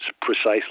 precisely